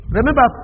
Remember